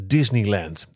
Disneyland